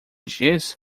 diz